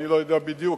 אני לא יודע בדיוק,